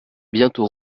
bientôt